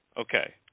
Okay